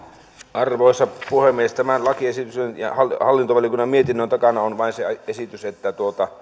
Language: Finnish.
arvoisa puhemies tämän lakiesityksen ja hallintovaliokunnan mietinnön takana on vain se esitys että